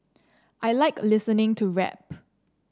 I like listening to rap